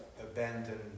abandoned